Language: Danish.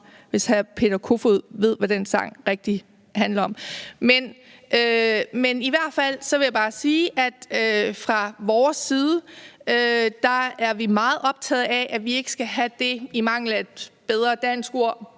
hr. Peter Kofod ved, hvad den sang rigtigt handler om. I hvert fald vil jeg bare sige, at fra vores side er vi meget optaget af, at vi ikke skal have det, i mangel af et bedre dansk ord,